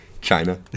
China